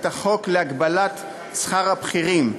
את החוק להגבלת שכר הבכירים.